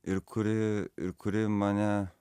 ir kuri ir kuri mane